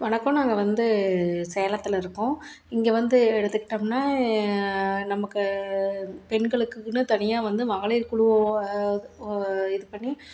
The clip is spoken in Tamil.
வணக்கம் நாங்கள் வந்து சேலத்தில் இருக்கோம் இங்கே வந்து எடுத்துக்கிட்டமுன்னா நமக்கு பெண்களுக்குன்னு தனியாக வந்து மகளிர் குழு இது பண்ணி